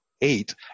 eight